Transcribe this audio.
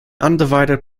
undivided